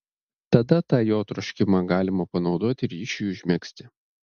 tada tą jo troškimą galima panaudoti ryšiui užmegzti